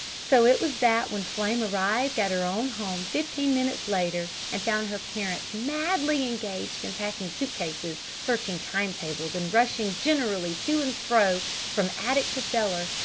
so it was that when flame arrived at her own home fifteen minutes later, and found her parents madly engaged in packing suit-cases, searching time-tables, and rushing generally to and fro from attic to cellar,